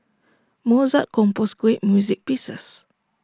Mozart composed great music pieces